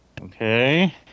okay